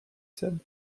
said